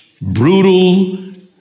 brutal